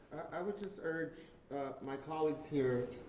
i would just urge my colleagues here